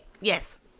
yes